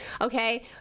okay